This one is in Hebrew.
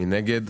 מי נגד?